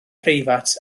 preifat